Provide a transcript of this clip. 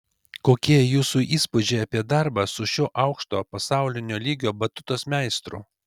kokie jūsų įspūdžiai apie darbą su šiuo aukšto pasaulinio lygio batutos meistru